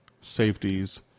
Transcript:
safeties